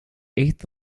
eighth